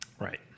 Right